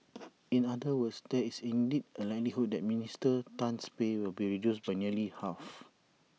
in other words there is indeed A likelihood that Minister Tan's pay will be reduced by nearly half